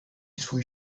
swój